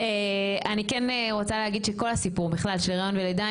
אני כן רוצה להגיד שכל הסיפור בכלל של היריון ולידה,